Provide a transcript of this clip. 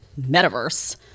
metaverse